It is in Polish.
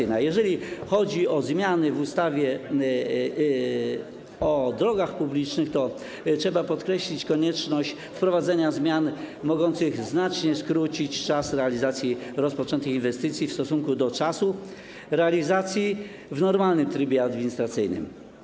Jeżeli chodzi o zmiany w ustawie o drogach publicznych, to trzeba podkreślić konieczność wprowadzenia zmian mogących znacznie skrócić czas realizacji rozpoczętych inwestycji w stosunku do czasu realizacji w normalnym trybie administracyjnym.